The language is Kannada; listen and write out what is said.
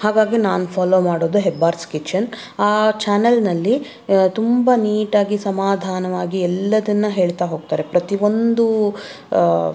ಹಾಗಾಗಿ ನಾನು ಫಾಲೋ ಮಾಡೋದು ಹೆಬ್ಬಾರ್ಸ್ ಕಿಚನ್ ಆ ಚಾನಲ್ನಲ್ಲಿ ತುಂಬ ನೀಟಾಗಿ ಸಮಾಧಾನವಾಗಿ ಎಲ್ಲದನ್ನೂ ಹೇಳ್ತಾ ಹೋಗ್ತಾರೆ ಪ್ರತಿ ಒಂದು